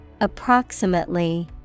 Approximately